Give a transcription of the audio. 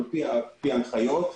לפי ההנחיות.